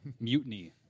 mutiny